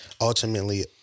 ultimately